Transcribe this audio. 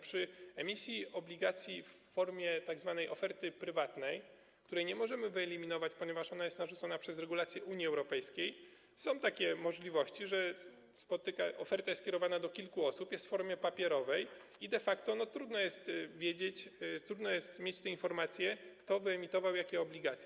Przy emisji obligacji w formie tzw. oferty prywatnej - której nie możemy wyeliminować, ponieważ ona jest narzucona przez regulacje Unii Europejskiej - są takie możliwości, że oferta jest kierowana do kilku osób, jest w formie papierowej i de facto trudno jest wiedzieć, trudno jest mieć informacje, kto wyemitował jakie obligacje.